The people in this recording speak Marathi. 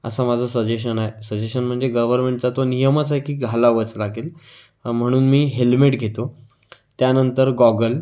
असं माझं सजेशन आहे सजेशन म्हणजे गव्हर्मेन्टचा तो नियमच आहे की घालावंच लागेल म्हणून मी हेल्मेट घेतो त्यानंतर गॉगल